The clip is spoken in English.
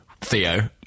Theo